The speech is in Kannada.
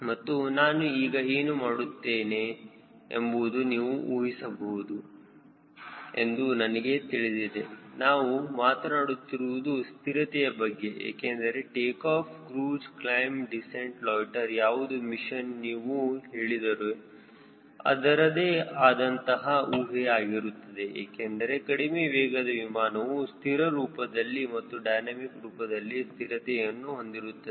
ಮತ್ತು ನಾನು ಈಗ ಏನು ಮಾತನಾಡುತ್ತೇನೆ ಎಂಬುದು ನೀವು ಊಹಿಸಬಹುದು ಎಂದು ನನಗೆ ತಿಳಿದಿದೆ ನಾವು ಮಾತನಾಡುತ್ತಿರುವುದು ಸ್ಥಿರತೆಯ ಬಗ್ಗೆ ಏಕೆಂದರೆ takeoff cruise climb descent loiter ಯಾವುದೇ ಮಿಷನ್ ನೀವು ಹೇಳಿದರು ಅದರದೇ ಆದಂತಹ ಊಹೆ ಆಗಿರುತ್ತದೆ ಏನೆಂದರೆ ಕಡಿಮೆ ವೇಗದ ವಿಮಾನವು ಸ್ಥಿರ ರೂಪದಲ್ಲಿ ಮತ್ತು ಡೈನಮಿಕ್ ರೂಪದಲ್ಲಿ ಸ್ಥಿರತೆಯನ್ನು ಹೊಂದಿರುತ್ತದೆ